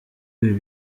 ibi